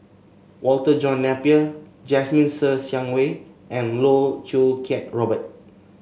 Walter John Napier Jasmine Ser Xiang Wei and Loh Choo Kiat Robert